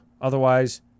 Otherwise